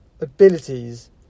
abilities